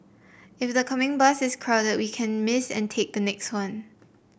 if the coming bus is crowded we can miss and take the next one